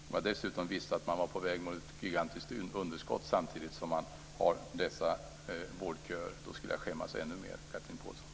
Om jag dessutom visste att man var på väg mot ett gigantiskt underskott samtidigt som man hade dessa vårdköer skulle jag skämmas ännu mer, Chatrine Pålsson.